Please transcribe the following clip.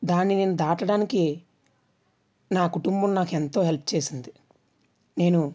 దానిని నేను దాటడానికి నా కుటుంబం నాకు ఎంతో హెల్ప్ చేసింది నేను